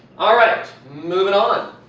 alright, moving on.